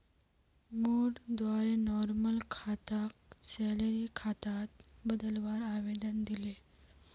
मोर द्वारे नॉर्मल खाताक सैलरी खातात बदलवार आवेदन दिले